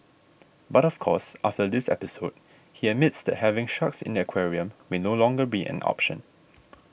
but of course after this episode he admits that having sharks in the aquarium may no longer be an option